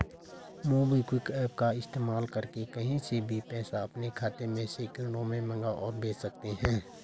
MobiKwik app का इस्तेमाल करके कहीं से भी पैसा अपने खाते में सेकंडों में मंगा और भेज सकते हैं